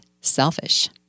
selfish